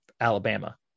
alabama